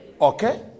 Okay